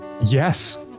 Yes